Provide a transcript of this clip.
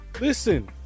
listen